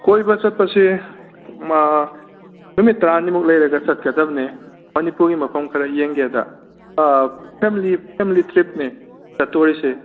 ꯀꯣꯏꯕ ꯆꯠꯄꯁꯦ ꯅꯨꯃꯤꯠ ꯇꯔꯥꯅꯤꯃꯨꯛ ꯂꯩꯔꯒ ꯆꯠꯀꯗꯕꯅꯦ ꯃꯅꯤꯄꯨꯔꯒꯤ ꯃꯐꯝ ꯈꯔ ꯌꯦꯡꯒꯦꯗ ꯐꯦꯃꯤꯂꯤ ꯐꯦꯃꯤꯂꯤ ꯇ꯭ꯔꯤꯞꯅꯦ ꯆꯠꯇꯣꯔꯤꯁꯦ